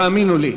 תאמינו לי.